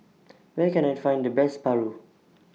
Where Can I Find The Best Paru